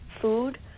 food